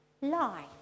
Lie